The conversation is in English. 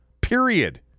Period